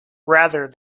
rather